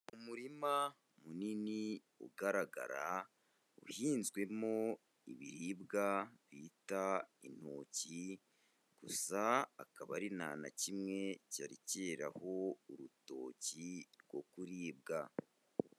Umurima munini ugaragara, uhinzwemo ibiribwa bita intoki, gusa akaba ari nta na kimwe cyari cyeraho urutoki rwo kuribwa.